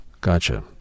Gotcha